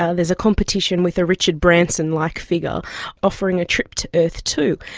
ah there's a competition with a richard branson like figure offering a trip to earth two,